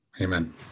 Amen